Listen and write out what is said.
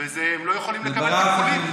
והם לא יכולים לקבל טיפולים.